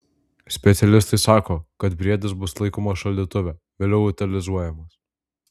specialistai sako kad briedis bus laikomas šaldytuve vėliau utilizuojamas